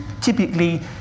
typically